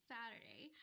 Saturday